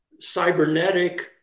cybernetic